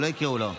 שלא יקראו לו.